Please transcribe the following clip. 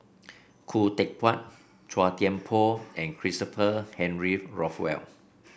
Khoo Teck Puat Chua Thian Poh and Christopher Henry Rothwell